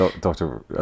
Doctor